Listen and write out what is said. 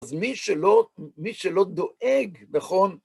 אז מי שלא, מי שלא דואג, נכון...